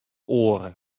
oare